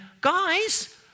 guys